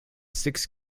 six